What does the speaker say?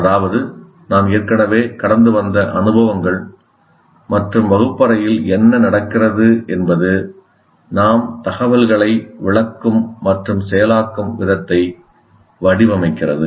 அதாவது நாம் ஏற்கனவே கடந்து வந்த அனுபவங்கள் மற்றும் வகுப்பறையில் என்ன நடக்கிறது என்பது நாம் தகவல்களை விளக்கும் மற்றும் செயலாக்கும் விதத்தை வடிவமைக்கிறது